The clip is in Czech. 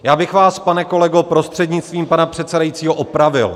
Já bych vás, pane kolego prostřednictvím pana předsedajícího, opravil.